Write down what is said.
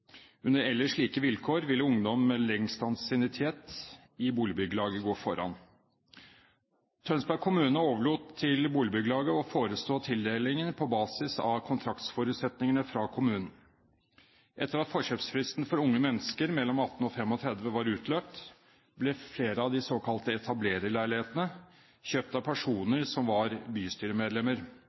Under ellers like vilkår ville ungdom med lengst ansiennitet i boligbyggelaget gå foran. Tønsberg kommune overlot til boligbyggelaget å forestå tildelingen på basis av kontraktsforutsetningene fra kommunen. Etter at forkjøpsfristen for unge mennesker mellom 18 og 35 år var utløpt, ble flere av de såkalte etablererleilighetene kjøpt av personer som var bystyremedlemmer,